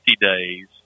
days